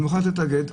אני מוכן לתת גט,